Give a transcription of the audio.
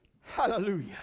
Hallelujah